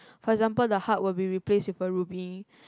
for example the heart will be replaced with a ruby